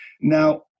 Now